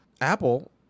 Apple